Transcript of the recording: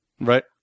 Right